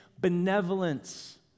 benevolence